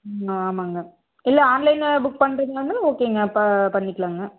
ம் ஆமாங்க இல்லை ஆன்லைனில் புக் பண்ணுறீங்களா இருந்தாலும் ஓகேங்க அப்போ பண்ணிக்கலாங்க